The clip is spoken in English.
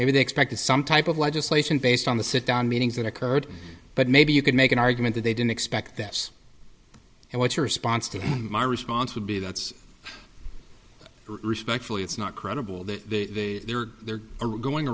maybe they expected some type of legislation based on the sit down meetings that occurred but maybe you could make an argument that they didn't expect this and what's your response to my response would be that's respectfully it's not credible that they are there are going